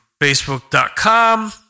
facebook.com